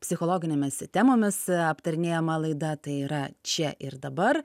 psichologinėmis temomis aptarinėjama laida tai yra čia ir dabar